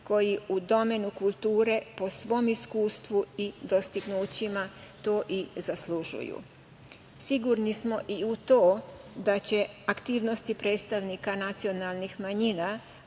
koji u domenu kulture po svom iskustvu i dostignućima to i zaslužuju. Sigurni smo i u to da će aktivnosti predstavnika nacionalnih manjina